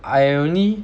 I only